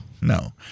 No